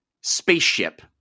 spaceship